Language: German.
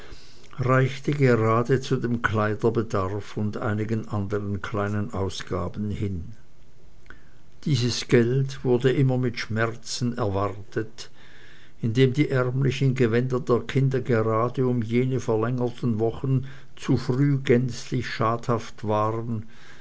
reichte gerade zu dem kleiderbedarf und einigen anderen kleinen ausgaben hin dieses geld wurde immer mit schmerzen erwartet indem die ärmlichen gewänder der kinder gerade um jene verlängerten wochen zu früh gänzlich schadhaft waren